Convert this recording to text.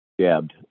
jabbed